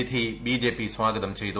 വിധി ബിജെപി സ്വാഗതം ചെയ്തു